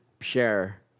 share